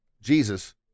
Jesus